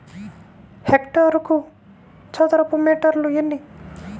హెక్టారుకు చదరపు మీటర్లు ఎన్ని?